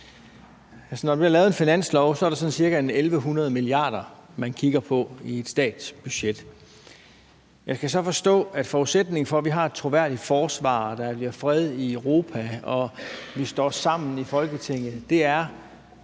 når vi laver finanslov, er det sådan cirka 1.100 mia. kr., vi kigger på i statens budget. Jeg kan så forstå, at forudsætningen for, at vi har et troværdigt forsvar, at der bliver fred i Europa, og at vi står sammen i Folketinget, er,